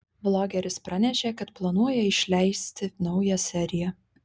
vlogeris pranešė kad planuoja išleisti naują seriją